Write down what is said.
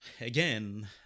again